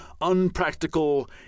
unpractical